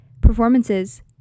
performances